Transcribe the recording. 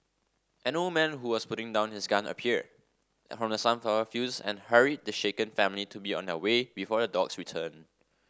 an old man who was putting down his gun appeared from the sunflower fields and hurried the shaken family to be on their way before the dogs return